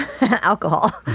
alcohol